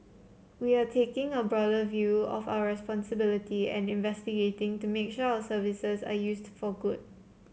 we are taking a broader view of our responsibility and investing to make sure our services are used for good